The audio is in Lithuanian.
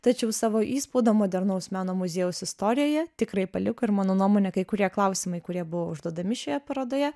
tačiau savo įspaudą modernaus meno muziejaus istorijoje tikrai paliko ir mano nuomone kai kurie klausimai kurie buvo užduodami šioje parodoje